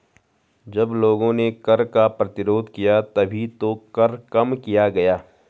जब लोगों ने कर का प्रतिरोध किया तभी तो कर कम किया गया